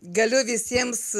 galiu visiems